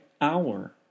hour